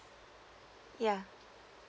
yeah